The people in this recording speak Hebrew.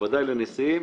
בוודאי לנשיאים.